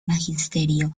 magisterio